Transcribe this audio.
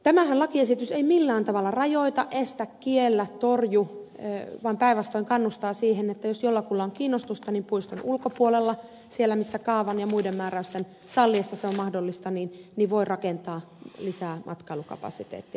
tämä lakiesityshän ei millään tavalla rajoita estä kiellä torju vaan päinvastoin kannustaa siihen että jos jollakulla on kiinnostusta niin puiston ulkopuolella siellä missä kaavan ja muiden määräysten salliessa se on mahdollista voi rakentaa lisää matkailukapasiteettia